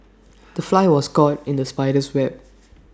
the fly was caught in the spider's web